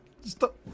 Stop